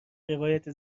روایت